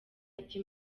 ati